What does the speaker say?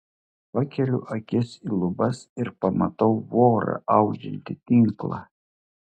pakeliu akis į lubas ir pamatau vorą audžiantį tinklą